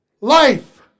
life